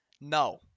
No